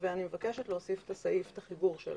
ואני מבקשת להוסיף את סעיף החיבור שלו.